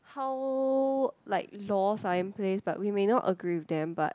how like laws are in place but we may not agree with them but